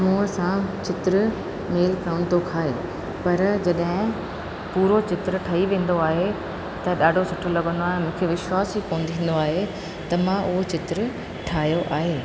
मुंहं सां चित्र मेल कान थो खाए पर जॾहिं पूरो चित्र ठही वेंदो आहे त ॾाढो सुठो लॻंदो आहे मूंखे विश्वास ई कमु थींदो आहे त मां उहो चित्र ठाहियो आहे